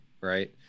right